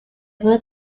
wird